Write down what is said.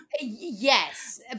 Yes